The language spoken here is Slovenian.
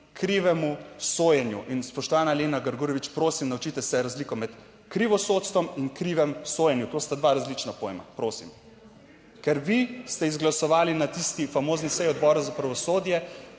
krivemu sojenju. In spoštovana Lena Grgurevič, prosim naučite se razliko med krivosodstvom in krivem sojenju. To sta dva različna pojma, prosim, ker vi ste izglasovali na tisti famozni seji Odbora za pravosodje